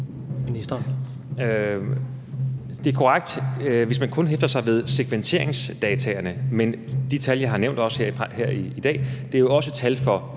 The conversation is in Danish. Det er korrekt, hvis man kun hæfter sig ved segmenteringsdataene, men de tal, som jeg har nævnt her i dag, er jo også tal fra